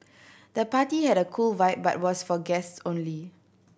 the party had a cool vibe but was for guests only